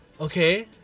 Okay